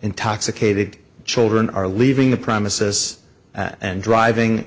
intoxicated children are leaving the premises and driving